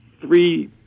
three